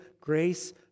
grace